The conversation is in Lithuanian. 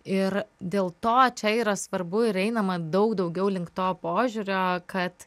ir dėl to čia yra svarbu ir einama daug daugiau link to požiūrio kad